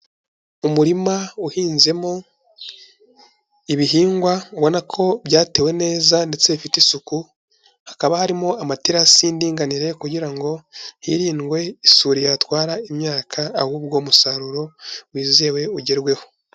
Umurima uhinzemo ibihingwa ubona ko byatewe neza ndetse bifite isuku, hakaba harimo amaterasi y'indinganire kugira ngo hirindwe isuri yatwara imyaka ahubwo umusaruro wizewe ugerweho.